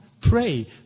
pray